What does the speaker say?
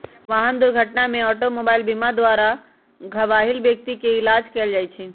वाहन दुर्घटना में ऑटोमोबाइल बीमा द्वारा घबाहिल व्यक्ति के इलाज कएल जाइ छइ